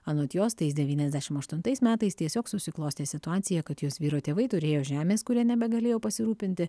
anot jos tais devyniasdešim aštuntais metais tiesiog susiklostė situacija kad jos vyro tėvai turėjo žemės kuria nebegalėjo pasirūpinti